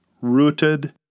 rooted